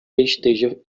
esteja